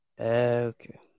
Okay